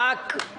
אם